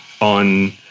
on